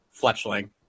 Fletchling